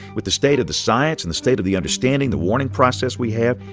with the state of the science and the state of the understanding the warning process we have,